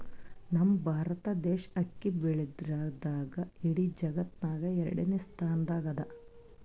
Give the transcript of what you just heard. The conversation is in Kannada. ನಮ್ ಭಾರತ್ ದೇಶ್ ಅಕ್ಕಿ ಬೆಳ್ಯಾದ್ರ್ದಾಗ್ ಇಡೀ ಜಗತ್ತ್ನಾಗೆ ಎರಡನೇ ಸ್ತಾನ್ದಾಗ್ ಅದಾ